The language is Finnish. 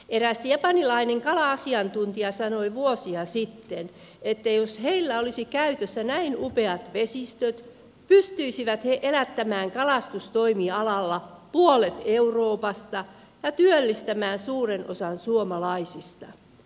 eräs japanilainen kala asiantuntija sanoi vuosia sitten että jos heillä olisi käytössä näin upeat vesistöt pystyisivät he elättämään kalastustoimialalla puolet euroopasta ja työllistämään suuren osan suomalaisista